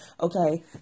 okay